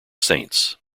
saints